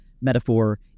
metaphor